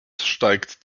steigt